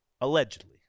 Allegedly